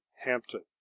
Hampton